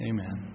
Amen